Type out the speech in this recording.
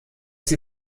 sie